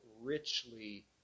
richly